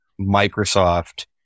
Microsoft